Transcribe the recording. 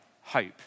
hope